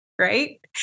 right